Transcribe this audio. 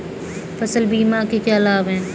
फसल बीमा के क्या लाभ हैं?